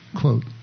Quote